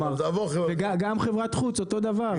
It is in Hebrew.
גם חברת חוץ אותו הדבר.